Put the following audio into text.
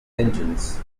engines